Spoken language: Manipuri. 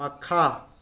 ꯃꯈꯥ